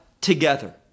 together